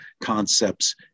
concepts